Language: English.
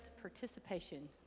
participation